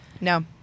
No